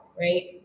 right